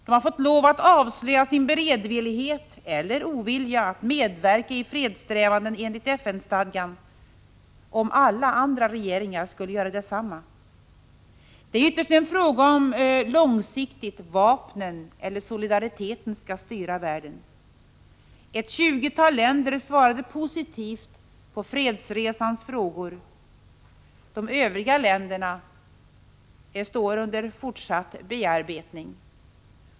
De har fått lov att avslöja sin beredvillighet eller ovilja att medverka i fredssträvandena enligt FN-stadgan om alla andra regeringar skulle göra detsamma. Det är ytterst en fråga om huruvida vapnen eller solidariteten långsiktigt skall styra. Ett tjugotal länder svarade positivt på fredsresans frågor. De övriga länderna står under fortsatt bearbetning.